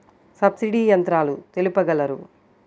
Subsidy యంత్రాలు తెలుపగలరు?